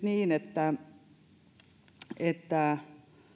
niin että että